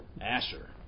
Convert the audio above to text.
Asher